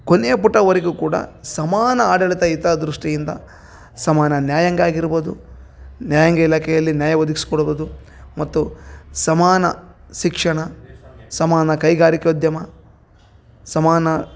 ಕೊನೆಯ ಪುಟವರೆಗೂ ಕೂಡ ಸಮಾನ ಆಡಳಿತ ಹಿತ ದೃಷ್ಟಿಯಿಂದ ಸಮಾನ ನ್ಯಾಯಾಂಗ ಆಗಿರ್ಬೌದು ನ್ಯಾಯಾಂಗ ಇಲಾಖೆಯಲ್ಲಿ ನ್ಯಾಯ ಒದಗಿಸ್ಕೋಡ್ಬೌದು ಮತ್ತು ಸಮಾನ ಶಿಕ್ಷಣ ಸಮಾನ ಕೈಗಾರಿಕೋದ್ಯಮ ಸಮಾನ